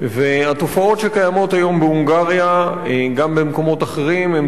התופעות שקיימות היום בהונגריה וגם במקומות אחרים הן תופעות של